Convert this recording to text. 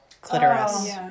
clitoris